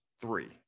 three